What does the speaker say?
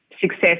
success